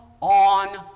on